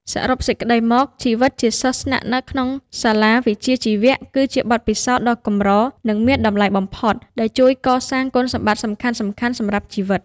សរុបសេចក្តីមក ជីវិតជាសិស្សស្នាក់នៅក្នុងសាលាវិជ្ជាជីវៈគឺជាបទពិសោធន៍ដ៏កម្រនិងមានតម្លៃបំផុត ដែលជួយកសាងគុណសម្បត្តិសំខាន់ៗសម្រាប់ជីវិត។